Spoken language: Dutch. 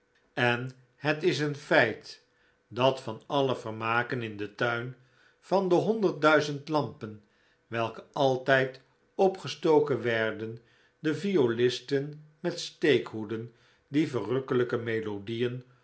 en het is een feit dat van alle vermaken in den tuin van de honderd duizend lampen welke altijd opgestoken werden de violisten met steekhoeden die verrukkelijke melodieen